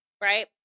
right